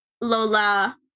Lola